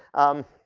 um,